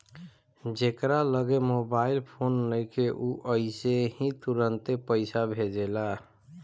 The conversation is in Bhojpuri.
जेकरा लगे मोबाईल फोन नइखे उ अइसे ही तुरंते पईसा भेजेला